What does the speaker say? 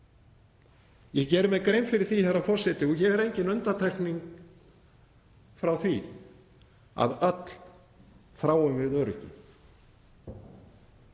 Ég geri mér grein fyrir því, herra forseti, og ég er engin undantekning frá því, að öll þráum við öryggi